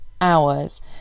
hours